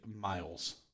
miles